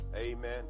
Amen